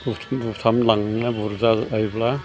बुथुम बुथाम लांनानै बुरजा जायोब्ला